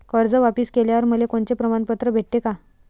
कर्ज वापिस केल्यावर मले कोनचे प्रमाणपत्र भेटन का?